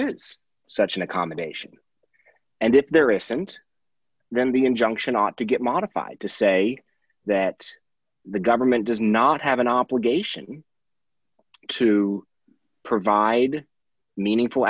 is such an accommodation and if there isn't then the injunction ought to get modified to say that the government does not have an obligation to provide meaningful